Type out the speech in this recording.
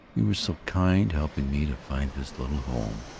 you were so kind, helping me to find this little home.